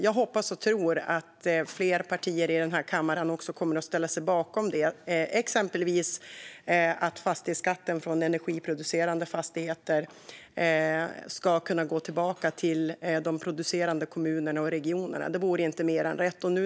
Jag hoppas och tror att fler partier i den här kammaren kommer att ställa sig bakom exempelvis att fastighetsskatten från energiproducerande fastigheter ska kunna gå tillbaka till de producerande kommunerna och regionerna. Det vore inte mer än rätt.